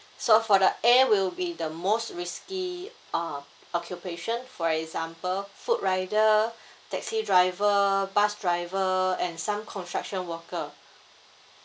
so for the A will be the most risky um occupation for example food rider taxi driver bus driver and some construction worker